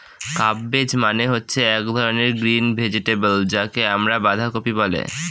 cabbage মানে হচ্ছে এক ধরনের গ্রিন ভেজিটেবল যাকে আমরা বাঁধাকপি বলে